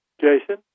Jason